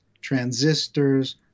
transistors